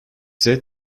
said